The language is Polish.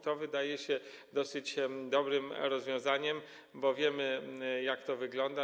To wydaje się dosyć dobrym rozwiązaniem, bo wiemy, jak to wygląda.